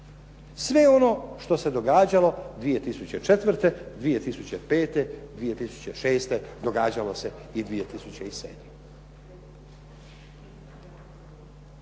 Sve ono što se događalo 2004., 2006., 2006. događalo se i 2007.